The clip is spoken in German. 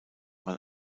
man